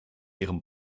ihrem